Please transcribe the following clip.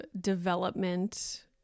development